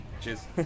Cheers